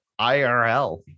IRL